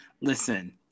listen